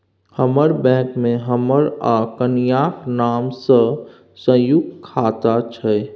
हमर बैंक मे हमर आ कनियाक नाम सँ संयुक्त खाता छै